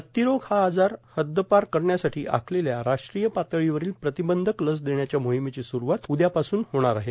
हत्तीरोग हा आजार हद्दपार करण्यासाठी आखलेल्या राष्ट्रीय पातळीवरील प्र्रातबंधक लस देण्याच्या मोहिमेची सुरुवात उदयापासून होणार आहे